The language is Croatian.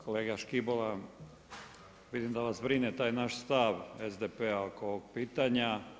Kolega Škibola vidim da vas brine taj naš stav SDP-a oko ovog pitanja.